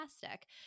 fantastic